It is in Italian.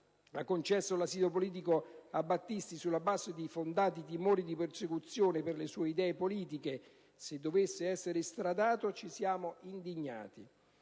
ha concesso l'asilo politico a Battisti, sulla base di «fondati timori di persecuzione per le sue idee politiche se dovesse essere estradato», ci siamo indignati.